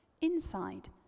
inside